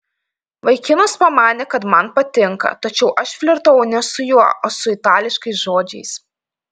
vaikinas pamanė kad man patinka tačiau aš flirtavau ne su juo o su itališkais žodžiais